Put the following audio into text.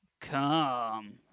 Come